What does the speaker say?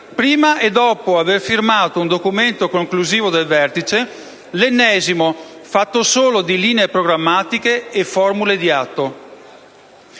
prima e dopo aver firmato un documento conclusivo del vertice, l'ennesimo, fatto solo di linee programmatiche e formule di rito.